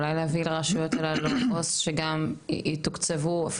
אולי להביא לרשויות הללו עו״ס שגם יתוקצבו יותר,